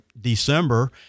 december